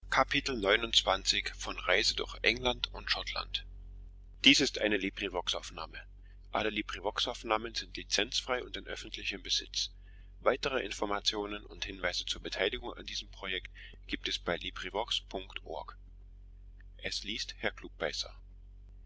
so gibt es